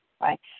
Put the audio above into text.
right